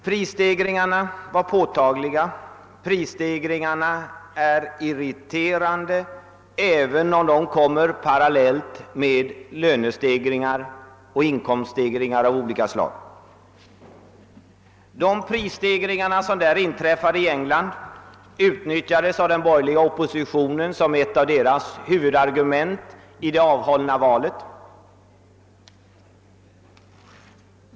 Pristegringarna var påtagliga och de är irriterande, även om de kommer paral iellt med lönestegringar av olika slag. Pristegringarna i England utnyttjades av den borgerliga oppositionen som ett av huvudargumenten i valet.